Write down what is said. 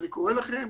אני קורא לכם,